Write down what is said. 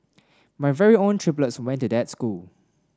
my very own triplets went to that school